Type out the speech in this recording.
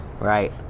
right